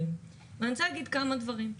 אני רוצה לומר כמה דברים,